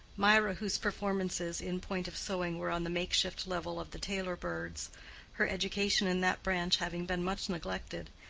mirah, whose performances in point of sewing were on the make-shift level of the tailor-bird's, her education in that branch having been much neglected,